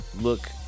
look